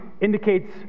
indicates